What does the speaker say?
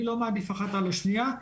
אני לא מעדיף אחת על השנייה.